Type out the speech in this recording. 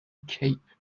cape